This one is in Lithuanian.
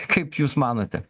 kaip jūs manote